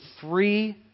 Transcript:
three